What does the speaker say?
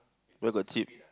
where got cheap